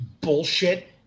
bullshit